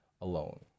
alone